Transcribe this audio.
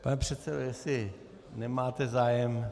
Pane předsedo, jestli nemáte zájem...